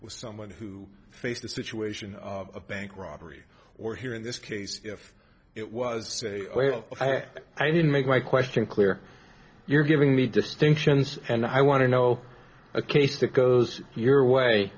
someone who faced a situation of a bank robbery or here in this case if it was say well i didn't make my question clear you're giving me distinctions and i want to know a case that goes your way